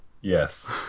yes